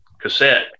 cassette